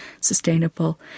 sustainable